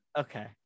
Okay